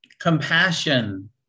compassion